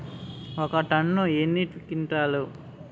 ఒక టన్ను ఎన్ని క్వింటాల్లు?